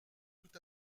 tout